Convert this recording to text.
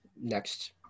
next